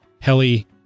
heli